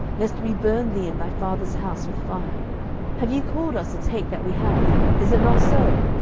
lest we burn thee and thy father's house with fire have ye called us to take that we have? is it not so?